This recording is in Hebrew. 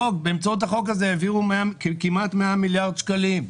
באמצעות החוק הזה העבירו כמעט 100 מיליארד שקלים.